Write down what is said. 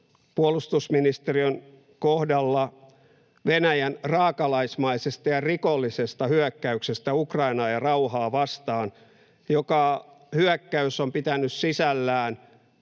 puolustusministeriön kohdalla Venäjän raakalaismaisesta ja rikollisesta hyökkäyksestä Ukrainaa ja rauhaa vastaan, joka hyökkäys on pitänyt sisällään